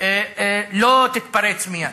לא תתפרץ מייד.